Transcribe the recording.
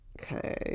Okay